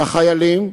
לחיילים,